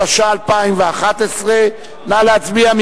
התשע"א 2011, נא להצביע.